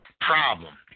problem